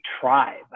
tribe